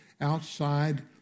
outside